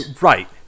right